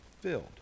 filled